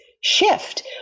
shift